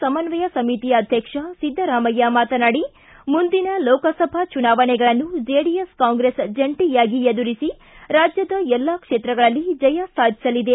ಸಮನ್ನಯ ಸಮಿತಿ ಅಧ್ಯಕ್ಷ ಸಿದ್ದರಾಮಯ್ಯ ಮಾತನಾಡಿ ಮುಂದಿನ ಲೋಕಸಭಾ ಚುನಾವಣೆಗಳನ್ನು ಜೆಡಿಎಸ್ ಕಾಂಗ್ರೆಸ್ ಜಂಟಿಯಾಗಿ ಎದುರಿಸಿ ರಾಜ್ಯದ ಎಲ್ಲಾ ಕ್ಷೇತ್ರಗಳಲ್ಲಿ ಜಯ ಸಾಧಿಸಲಿದೆ